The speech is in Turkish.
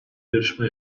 yarışma